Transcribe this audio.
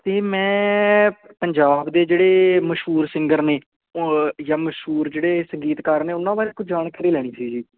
ਅਤੇ ਮੈਂ ਪੰਜਾਬ ਦੇ ਜਿਹੜੇ ਮਸ਼ਹੂਰ ਸਿੰਗਰ ਨੇ ਜਾਂ ਮਸ਼ਹੂਰ ਜਿਹੜੇ ਸੰਗੀਤਕਾਰ ਨੇ ਉਹਨਾਂ ਬਾਰੇ ਕੋਈ ਜਾਣਕਾਰੀ ਲੈਣੀ ਸੀ ਜੀ